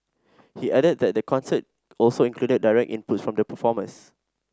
he added that the concert also included direct inputs from the performers